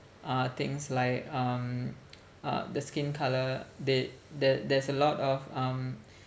uh things like um uh the skin colour they there there's a lot of um